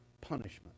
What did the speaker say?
punishment